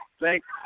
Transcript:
Thanks